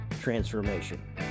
transformation